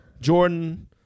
jordan